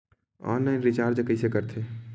Online recharge कइसे करथे?